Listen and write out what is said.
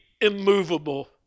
immovable